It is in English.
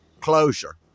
Closure